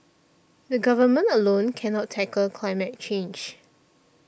the Government alone cannot tackle climate change